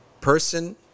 person